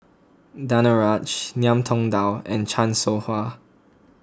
Danaraj Ngiam Tong Dow and Chan Soh Ha